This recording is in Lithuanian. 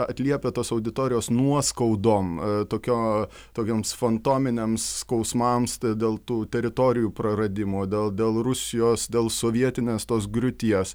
atliepia tos auditorijos nuoskaudom tokio tokiems fantominiams skausmams dėl tų teritorijų praradimo dėl dėl rusijos dėl sovietinės tos griūties